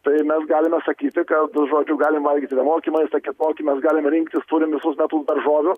tai mes galime sakyti kad žodžiu galim valgyt vienokį maistą kokį mes galim rinktis turime visus metus daržovių